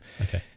Okay